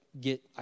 get